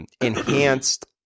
Enhanced